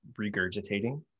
regurgitating